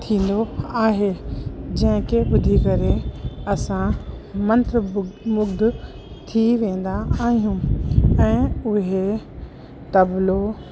थींदो आहे जंहिं खे ॿुधी करे असां मंत्र मु मुग्ध थी वेंदा आहियूं ऐं उहे तबलो